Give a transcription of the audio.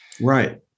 Right